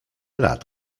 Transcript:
lat